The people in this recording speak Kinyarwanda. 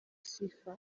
sifa